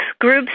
groups